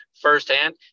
firsthand